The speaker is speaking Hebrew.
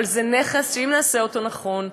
אבל זה נכס שאם נעשה אותו נכון,